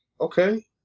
Okay